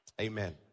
Amen